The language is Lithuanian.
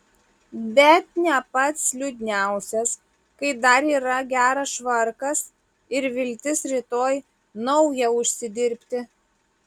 bet ne pats liūdniausias kai dar yra geras švarkas ir viltis rytoj naują užsidirbti